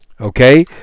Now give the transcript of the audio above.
okay